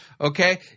Okay